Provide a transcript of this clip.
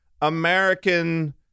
American